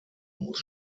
muss